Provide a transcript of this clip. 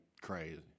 crazy